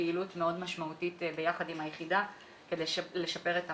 פעילות מאוד משמעותית יחד עם היחידה כדי לשפר את המידע.